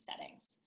settings